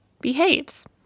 behaves